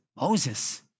Moses